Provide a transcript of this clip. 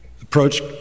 approach